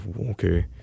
Okay